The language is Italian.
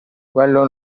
quello